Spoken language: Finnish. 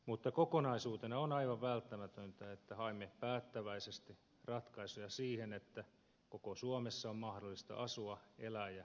mutta kokonaisuutena on aivan välttämätöntä että haemme päättäväisesti ratkaisuja siihen että koko suomessa on mahdollista asua elää ja yrittää